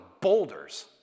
boulders